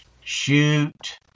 shoot